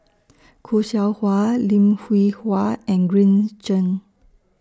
Khoo Seow Hwa Lim Hwee Hua and Green Zeng